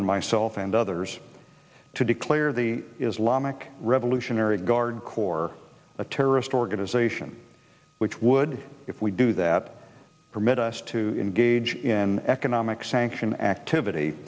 and myself and others to declare the islamic revolutionary guard corps a terrorist organization which would if we do that permit us to engage in economic sanction activity